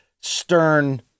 stern